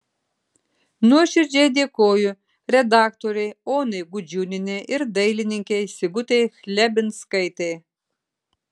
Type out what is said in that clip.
nuoširdžiai dėkoju redaktorei onai gudžiūnienei ir dailininkei sigutei chlebinskaitei